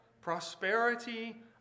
prosperity